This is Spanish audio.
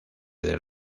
del